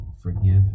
forgive